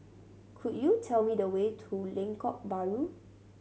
could you tell me the way to Lengkok Bahru